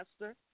master